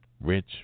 Rich